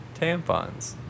tampons